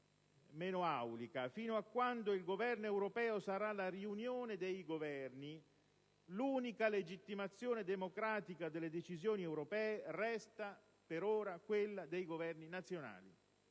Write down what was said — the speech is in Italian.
meno aulica. Fino a quando il Governo europeo sarà la riunione dei Governi, l'unica legittimazione democratica delle decisioni europee resta per ora quella dei Governi nazionali.